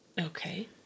Okay